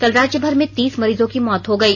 कल राज्यभर में तीस मरीजों की मौत हो गई